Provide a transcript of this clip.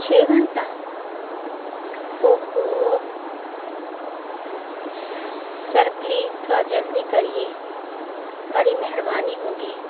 چھ گھنٹہ او ہو سر پلیز تھوڑا جلدی کریے بڑی مہربانی ہوگی